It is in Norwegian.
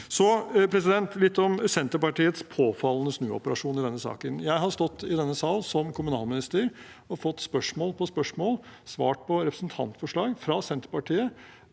Så litt om Senterpartiets påfallende snuoperasjon i denne saken. Jeg har stått i denne sal som kommunalminister og fått spørsmål på spørsmål og svart på representantforslag fra Senterpartiet